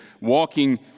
walking